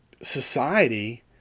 society